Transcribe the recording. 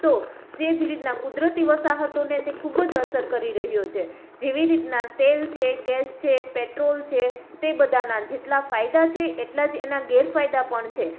તો તેજ રીતના કુદરતી વસાહતોને તે ખૂબ જ અસર કરી રહ્યો છે જેવી રીતના તેલ છે ગેસ છે પેટ્રોલ છે તે બધાંના જેટલાં ફાયદા છે એટલાં જ એના ગેરફાયદા પણ છે